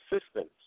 assistance